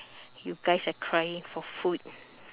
you guys are crying for food